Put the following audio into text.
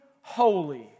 holy